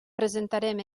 presentarem